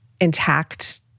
intact